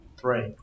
Three